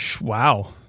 Wow